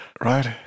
right